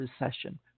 recession